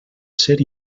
ser